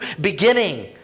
beginning